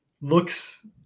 looks